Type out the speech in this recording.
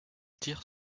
tire